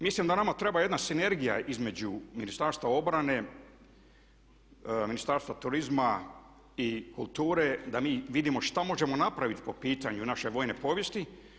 Mislim da nama treba jedna sinergija između Ministarstva obrane, Ministarstva turizma i kulture da mi vidimo što možemo napraviti po pitanju naše vojne povijesti.